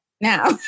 now